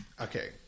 Okay